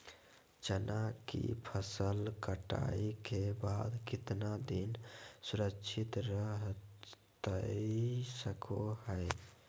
चना की फसल कटाई के बाद कितना दिन सुरक्षित रहतई सको हय?